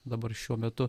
dabar šiuo metu